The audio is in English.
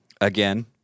Again